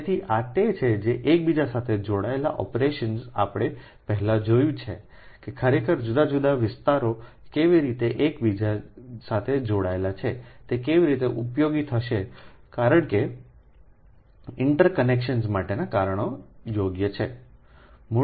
તેથી આ તે છે જે એકબીજા સાથે જોડાયેલા ઓપરેશન્સ આપણે પહેલા જોયું છે કે ખરેખર જુદા જુદા વિસ્તારો કેવી રીતે એકબીજા સાથે જોડાયેલા છે તે કેવી રીતે ઉપયોગી થશે કારણ કે ઇન્ટરકનેક્શન્સ માટેના કારણો યોગ્ય છે